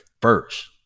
first